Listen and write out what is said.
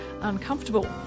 uncomfortable